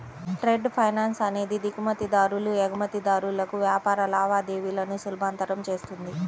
trade finance అనేది దిగుమతిదారులు, ఎగుమతిదారులకు వ్యాపార లావాదేవీలను సులభతరం చేస్తుంది